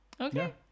Okay